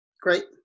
great